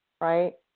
right